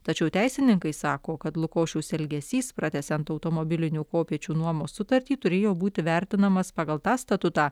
tačiau teisininkai sako kad lukošiaus elgesys pratęsiant automobilinių kopėčių nuomos sutartį turėjo būti vertinamas pagal tą statutą